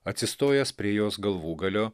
atsistojęs prie jos galvūgalio